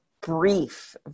brief